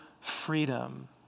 freedom